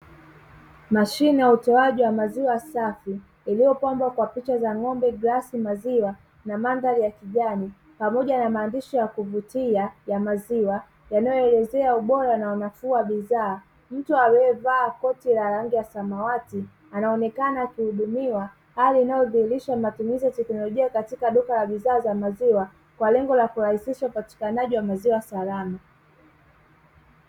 Mashine ya utoaji wa maziwa safi iliyopambwa kwa picha ya ng'ombe glasi ya maziwa na mandhari ya kijani pamoja na maandishi ya kuvutia ya maziwa yanayoelezea ubora na unafuu wa bidhaa. Mtu aliyevaa koti la rangi ya samawati akionekana akihidumiwa, hali inayoonyesha matumizi ya teknologia katika bidhaa ya maziwa kwa lengo ya kurahisisha upatikanaji wa maziwa salama.